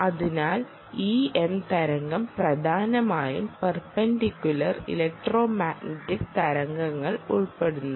അതിനാൽ EM തരംഗം പ്രധാനമായും പേർപേണ്ടികുലർ ഇലക്ട്രമാഗ്നറ്റിക് തരംഗങ്ങൾ ഉൾപ്പെടുന്നു